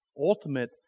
ultimate